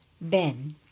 ben